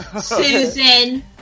Susan